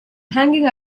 hanging